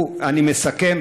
אני מסכם,